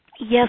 Yes